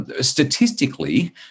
Statistically